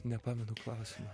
nepamenu klausimo